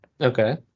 Okay